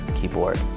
keyboard